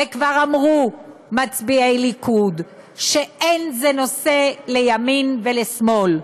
וכבר אמרו מצביעי ליכוד שאין זה נושא לימין ולשמאל,